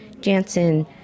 Jansen